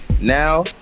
Now